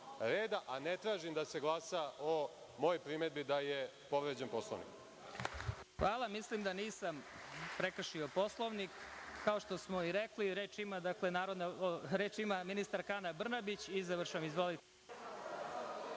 a ne tražim da se glasa o mojoj primedbi da je povređen Poslovnik. Hvala. Mislim da nisam prekršio Poslovnik. Kao što smo i rekli, reč ima ministarka Ana Brnabić i završavamo.